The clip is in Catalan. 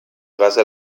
basa